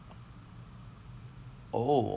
oh